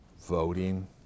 voting